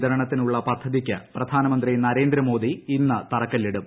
വിതരണത്തിനുള്ള പദ്ധതിക്ക് പ്രധാനമന്ത്രി നരേന്ദ്ര മോദി ഇന്ന് തറക്കല്ലിടും